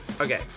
Okay